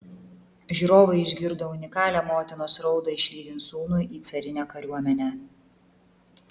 žiūrovai išgirdo unikalią motinos raudą išlydint sūnų į carinę kariuomenę